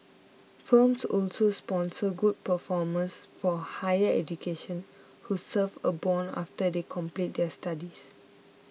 firms also sponsor good performers for higher education who serve a bond after they complete their studies